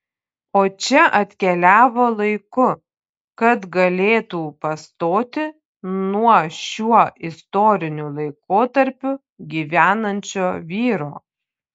o čia atkeliavo laiku kad galėtų pastoti nuo šiuo istoriniu laikotarpiu gyvenančio vyro